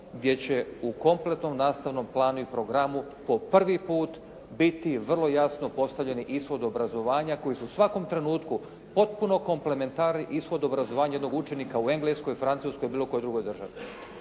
gdje će u kompletnom nastavnom planu i programu po prvi put biti vrlo jasno postavljeni ishodi obrazovanja koji su u svakom trenutku potpuno komplementarni ishodu obrazovanja jednog učenika u Engleskoj, Francuskoj ili bilo kojoj drugoj državi.